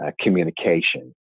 communication